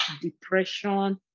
depression